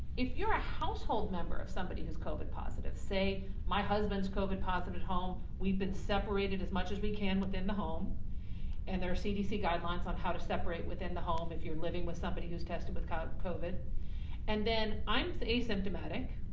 if you're a household member of somebody who's covid positive. say my husband's covid positive at home, we've been separated as much as we can within the home and there are cdc guidelines on how to separate within the home if you're living with somebody who's tested with kind of covid and then i'm asymptomatic,